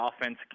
offense